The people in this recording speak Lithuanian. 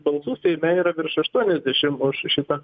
balsų seime yra virš aštuoniasdešim už šitą